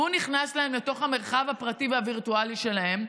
הוא נכנס להם לתוך המרחב הפרטי והווירטואלי שלהם,